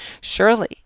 Surely